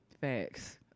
Facts